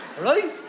Right